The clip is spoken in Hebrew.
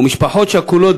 ומשפחות שכולות,